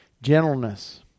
gentleness